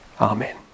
Amen